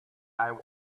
eye